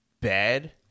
bad